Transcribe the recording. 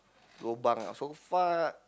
lobang ah so far